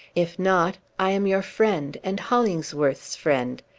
if not, i am your friend, and hollingsworth's friend.